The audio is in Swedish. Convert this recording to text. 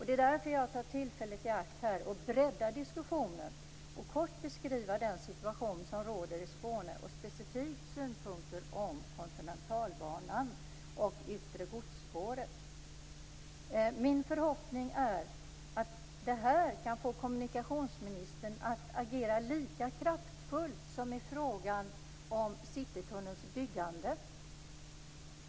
Det är därför jag tar tillfället i akt att här bredda diskussionen och kort beskriva den situation som råder i Skåne. Specifikt tar jag upp synpunkter på Kontinentalbanan och yttre godsspåret. Min förhoppning är att det här kan få kommunikationsministern att agera lika kraftfullt som i frågan om Citytunnelns byggande.